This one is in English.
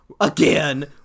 again